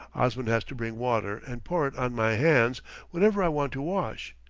osman has to bring water and pour it on my hands whenever i want to wash,